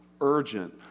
urgent